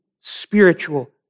spiritual